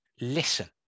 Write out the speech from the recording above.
Listen